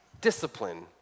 discipline